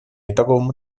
итоговому